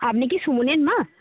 আপনি কি সুমনের মা